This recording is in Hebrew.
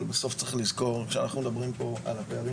אבל בסוף צריך לזכור שכשאנחנו מדברים פה על הפערים